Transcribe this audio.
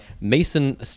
Mason